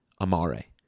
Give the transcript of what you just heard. Amare